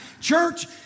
church